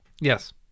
Yes